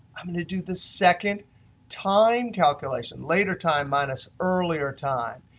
i'm going to do the second time calculation later time minus earlier time,